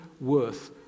worth